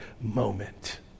moment